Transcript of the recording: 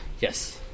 Yes